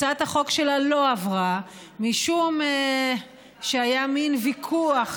הצעת החוק שלה לא עברה, משום שהיה מין ויכוח,